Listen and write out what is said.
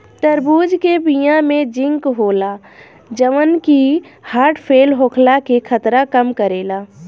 तरबूज के बिया में जिंक होला जवन की हर्ट फेल होखला के खतरा कम करेला